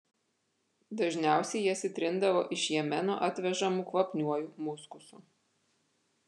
dažniausiai jas įtrindavo iš jemeno atvežamu kvapniuoju muskusu